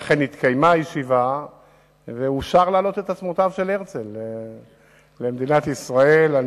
אכן התקיימה ישיבה ואושר להעלות את עצמותיו של הרצל למדינת ישראל.